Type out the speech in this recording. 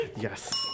Yes